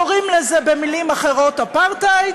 קוראים לזה במילים אחרות אפרטהייד.